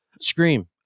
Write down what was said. Scream